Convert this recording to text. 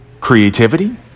creativity